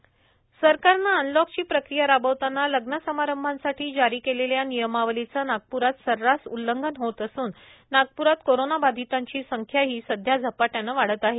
नागप्र मनपाची धडक कारवाई सरकारने अनलॉक ची प्रक्रिया राबवितांना लग्न समारंभासाठी जारी केलेल्या नियमावलीचे नागप्रात सर्रास उल्लंघन होत असून नागप्रात कोरोना बधितांची संख्याही सध्या झपाट्याने वाढत आहे